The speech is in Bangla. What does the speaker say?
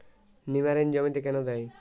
নিমারিন জমিতে কেন দেয়?